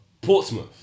Portsmouth